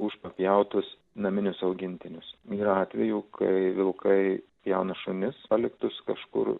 už papjautus naminius augintinius yra atvejų kai vilkai jaunus šunis paliktus kažkur